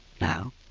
Now